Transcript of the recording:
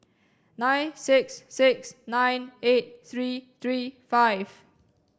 nine six six nine eight three three five